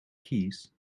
keys